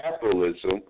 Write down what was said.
capitalism